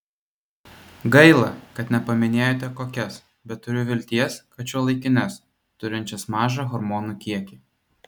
gaila kad nepaminėjote kokias bet turiu vilties kad šiuolaikines turinčias mažą hormonų kiekį